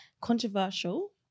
controversial